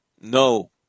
No